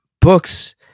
books